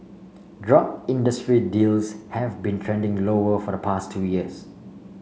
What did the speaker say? drug industry deals have been trending lower for the past two years